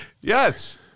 Yes